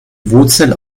wurzel